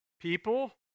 people